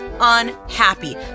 Unhappy